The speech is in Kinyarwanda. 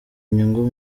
inyungu